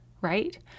right